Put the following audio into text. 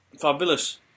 Fabulous